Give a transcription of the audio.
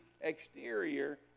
exterior